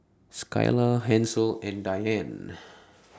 Skyla Hansel and Diane